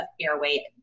airway